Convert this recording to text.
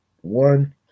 One